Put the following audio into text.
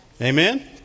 Amen